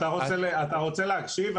אתה רוצה להקשיב?